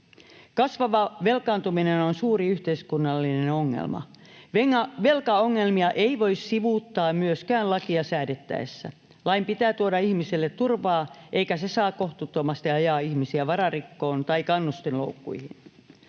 Kasvava velkaantuminen on suuri yhteiskunnallinen ongelma. Velkaongelmia ei voi sivuuttaa myöskään lakia säädettäessä. Lain pitää tuoda ihmisille turvaa, eikä se saa kohtuuttomasti ajaa ihmisiä vararikkoon tai kannustinloukkuihin.